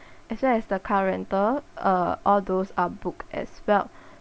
as well as the car rental uh all those are booked as well